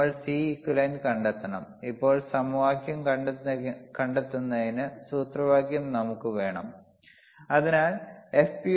നമ്മൾ Cequivalent കണ്ടെത്തണം ഇപ്പോൾ സമവാക്യം കണ്ടെത്തുന്നതിന് സൂത്രവാക്യം നമുക്കു വേണം CM into C divided by CM plus C